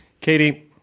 Katie